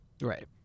right